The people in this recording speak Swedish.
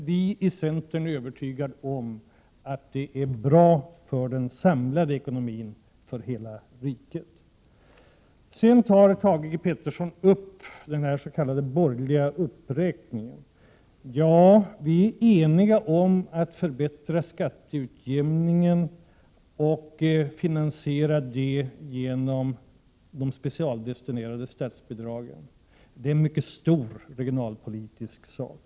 Vi i centern är övertygade om att det är bra för den samlade ekonomin, för hela riket. Thage G Peterson tog upp den s.k. borgerliga uppräkningen. Vi är eniga om att förbättra skatteutjämningen och finansiera den genom de specialdes — Prot. 1987/88:127 tinerade statsbidragen. Det är en mycket stor regionalpolitisk sak.